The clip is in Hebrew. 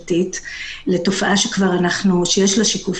במקרי קיצון של עושק וסחיטה יש לנו כמובן